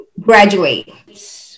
graduate